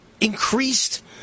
increased